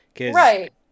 Right